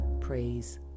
Praise